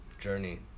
journey